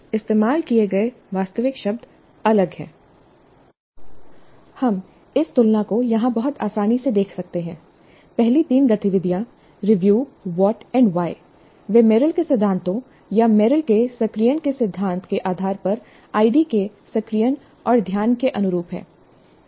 इस्तेमाल किए गए वास्तविक शब्द अलग हैंI हम इस तुलना को यहां बहुत आसानी से देख सकते हैं पहली तीन गतिविधियां रिव्यू व्हाट एंड व्हाय वे मेरिल के सिद्धांतों या मेरिल के सक्रियण के सिद्धांत के आधार पर आईडी के सक्रियण और ध्यान के अनुरूप हैं